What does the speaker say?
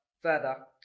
further